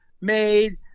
made